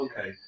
okay